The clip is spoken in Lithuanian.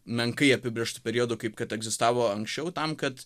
menkai apibrėžtu periodu kaip kad egzistavo anksčiau tam kad